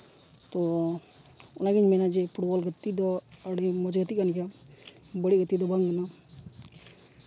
ᱛᱚ ᱚᱱᱟᱜᱮᱧ ᱢᱮᱱᱟ ᱡᱮ ᱯᱷᱩᱴᱵᱚᱞ ᱜᱟᱛᱮ ᱫᱚ ᱟᱹᱰᱤ ᱢᱚᱡᱽ ᱜᱟᱛᱮ ᱠᱟᱱ ᱜᱮᱭᱟ ᱵᱟᱹᱲᱤᱡ ᱜᱟᱛᱮ ᱫᱚ ᱵᱟᱝ ᱠᱟᱱᱟ